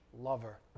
lover